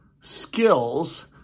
skills